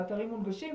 האתרים מונגשים,